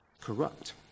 Corrupt